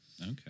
Okay